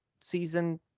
season